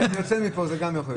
כשאני יוצא מפה זה גם יכול להיות.